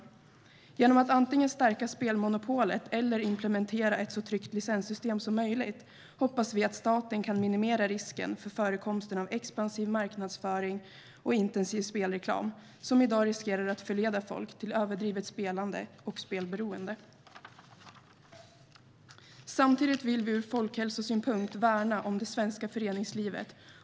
Vi hoppas att staten genom att antingen stärka spelmonopolet eller implementera ett så tryggt licenssystem som möjligt kan minimera risken för förekomsten av expansiv marknadsföring och intensiv spelreklam som i dag riskerar att förleda folk till överdrivet spelande och spelberoende. Samtidigt vill vi ur folkhälsosynpunkt värna det svenska föreningslivet.